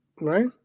right